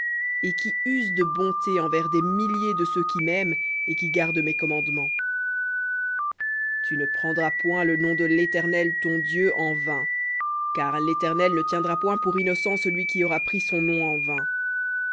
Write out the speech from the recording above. et qui use de bonté envers des milliers de ceux qui m'aiment et qui gardent mes commandements tu ne prendras point le nom de l'éternel ton dieu en vain car l'éternel ne tiendra point pour innocent celui qui aura pris son nom en vain